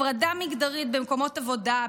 הפרדה מגדרית במקומות עבודה,